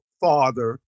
father